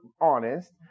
honest